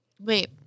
Wait